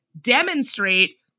demonstrate